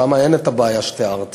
שם אין את הבעיה שתיארתי.